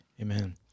Amen